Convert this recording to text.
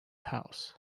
house